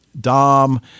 Dom